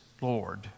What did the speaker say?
Lord